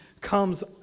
comes